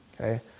okay